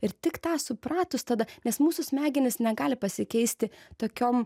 ir tik tą supratus tada nes mūsų smegenys negali pasikeisti tokiom